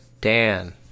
Dan